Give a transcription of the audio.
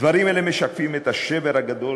הדברים האלה משקפים את השבר הגדול